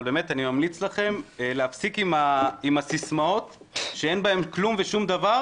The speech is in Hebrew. אבל באמת אני ממליץ לכם להפסיק עם הסיסמאות שאין בהן כלום ושום דבר,